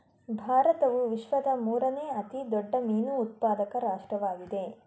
ಭಾರತವು ವಿಶ್ವದ ಮೂರನೇ ಅತಿ ದೊಡ್ಡ ಮೀನು ಉತ್ಪಾದಕ ರಾಷ್ಟ್ರವಾಗಿದೆ